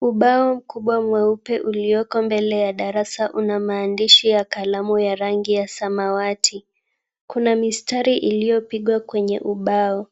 Ubao mkubwa mweupe ulioko mbele ya darasa una maandishi ya kalamu ya rangi ya samawati. Kuna mistari iliyopigwa kwenye ubao.